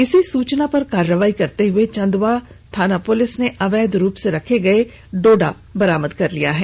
इसी सूचना पर कार्रवाई करते हुए चंदवा पुलिस ने अवैध रूप से रखे गये डोडा बरामद किया है